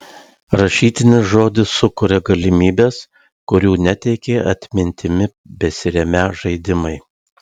rašytinis žodis sukuria galimybes kurių neteikė atmintimi besiremią žaidimai